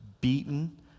beaten